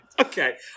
Okay